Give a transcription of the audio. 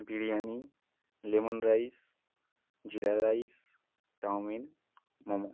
biryani lemon rice jeera rice chowmein momo